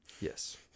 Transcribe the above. Yes